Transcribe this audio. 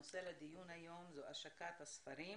הנושא לדיון היום זו השקת הספר,